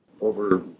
over